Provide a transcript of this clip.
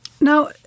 Now